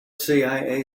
cia